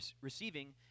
receiving